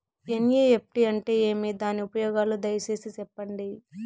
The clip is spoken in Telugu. ఎన్.ఇ.ఎఫ్.టి అంటే ఏమి? దాని ఉపయోగాలు దయసేసి సెప్పండి?